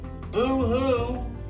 boo-hoo